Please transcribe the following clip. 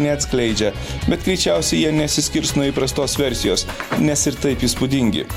neatskleidžia bet greičiausiai jie nesiskirs nuo įprastos versijos nes ir taip įspūdingi